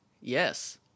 Yes